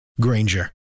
Granger